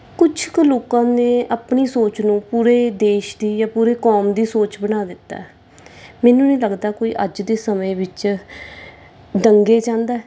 ਕੁਛ ਕੁ ਲੋਕਾਂ ਨੇ ਆਪਣੀ ਸੋਚ ਨੂੰ ਪੂਰੇ ਦੇਸ਼ ਦੀ ਜਾਂ ਪੂਰੇ ਕੌਮ ਦੀ ਸੋਚ ਬਣਾ ਦਿੱਤਾ ਮੈਨੂੰ ਨਹੀਂ ਲੱਗਦਾ ਕੋਈ ਅੱਜ ਦੇ ਸਮੇਂ ਵਿੱਚ ਦੰਗੇ ਚਾਹੁੰਦਾ